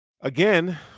again